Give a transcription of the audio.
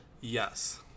yes